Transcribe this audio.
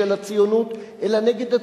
אחר כך אומרים שעושים את זה אנשים שאוהבים את